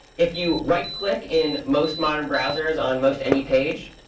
if you right click in most modern browsers on most any page,